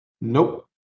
Nope